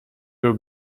your